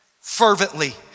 fervently